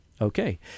Okay